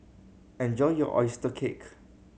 enjoy your oyster cake